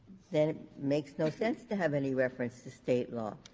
then it makes no sense to have any reference to state law.